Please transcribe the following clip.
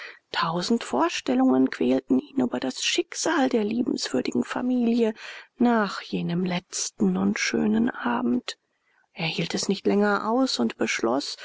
tausend vorstellungen quälten ihn über das schicksal der liebenswürdigen familie nach jenem letzten und schönen abend er hielt es nicht länger aus und beschloß